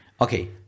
Okay